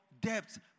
debts